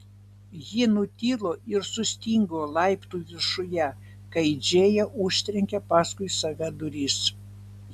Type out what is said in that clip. ji nutilo ir sustingo laiptų viršuje kai džėja užtrenkė paskui save duris